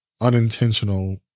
unintentional